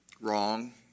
Wrong